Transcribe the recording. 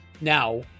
Now